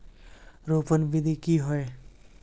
रोपण विधि की होय?